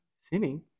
sinning